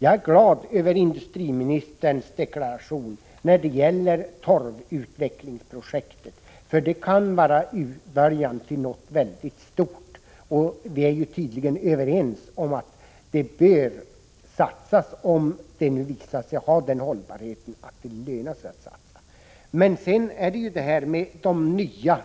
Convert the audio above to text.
Jag är glad över industriministerns deklaration om torvutvecklingsprojektet, för det kan vara början till någonting verkligt stort. Vi är tydligen överens om att man bör satsa på detta projekt om det visar sig ha sådan hållbarhet att det lönar sig att satsa på det. Sedan till frågan om de nya